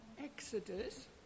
Exodus